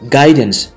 guidance